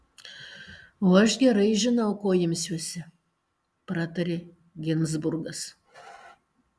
o aš gerai žinau ko imsiuosi pratarė ginzburgas